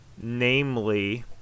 namely